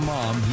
Mom